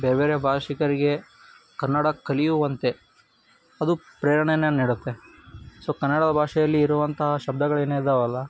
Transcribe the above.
ಬೇರೆ ಬೇರೆ ಭಾಷಿಗರಿಗೆ ಕನ್ನಡ ಕಲಿಯುವಂತೆ ಅದು ಪ್ರೇರಣೆಯನ್ನು ನೀಡುತ್ತೆ ಸೊ ಕನ್ನಡ ಭಾಷೆಯಲ್ಲಿ ಇರುವಂತಹ ಶಬ್ದಗಳು ಏನಿದ್ದಾವಲ್ಲ